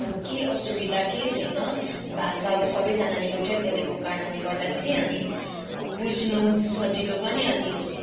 अब के असुविधा केही छैन भाषा अब सबैजानले एउटै बोलेको कारणले गर्दाखेरि अनि अब बुझ्नु सजिलो पनि अनि